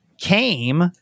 came